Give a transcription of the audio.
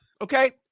Okay